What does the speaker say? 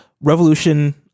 revolution